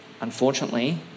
Unfortunately